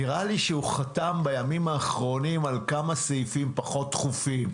נראה לי שהוא חתם בימים האחרונים על כמה סעיפים פחות דחופים.